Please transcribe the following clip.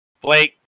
Blake